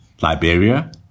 Liberia